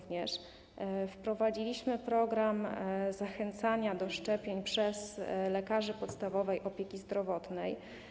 Wprowadziliśmy program zachęcania do szczepień przez lekarzy podstawowej opieki zdrowotnej.